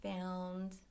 found